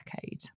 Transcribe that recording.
decade